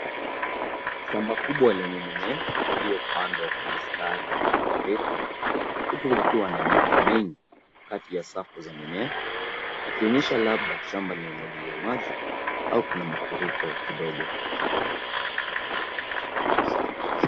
Shamba kubwa lenye mimea iliyopandwa kwa mistari mirefu huku kukiwa na maji mengi kati ya safu za mimea, ikionyesha labda shamba limemwagiliwa maji au kuna mafuriko kidogo .